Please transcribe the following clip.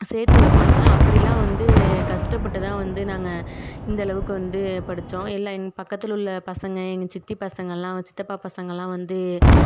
சேர்த்து வைப்பாங்க அப்படிலாம் வந்து கஷ்டப்பட்டு தான் வந்து நாங்கள் இந்த அளவுக்கு வந்து படித்தோம் எல்லா பக்கத்தில் உள்ள பசங்க எங்கள் சித்தி பசங்கல்லாம் சித்தப்பா பசங்கல்லாம் வந்து